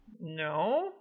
no